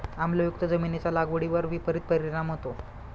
आम्लयुक्त जमिनीचा लागवडीवर विपरीत परिणाम होतो